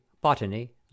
botany